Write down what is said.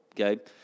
Okay